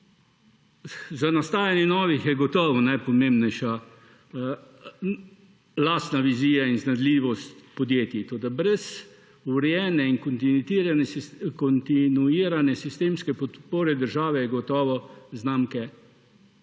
Za nastajanje novih je gotovo najpomembnejša lastna vizija, iznajdljivost podjetij. Toda brez urejene in kontinuirane sistemske podpore države je gotovo znamke težje